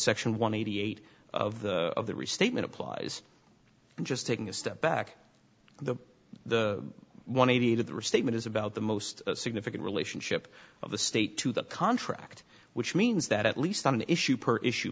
section one eighty eight of the of the restatement applies and just taking a step back to the one eight of the restatement is about the most significant relationship of the state to the contract which means that at least on an issue per issue